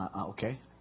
Okay